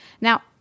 Now